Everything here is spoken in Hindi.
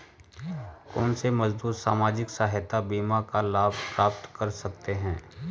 कौनसे मजदूर सामाजिक सहायता बीमा का लाभ प्राप्त कर सकते हैं?